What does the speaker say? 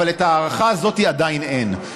אבל את ההערכה הזאת עדיין אין,